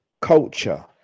culture